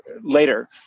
later